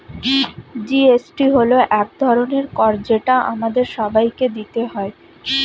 GST হল এক ধরনের কর যেটা আমাদের সবাইকে দিতে হয়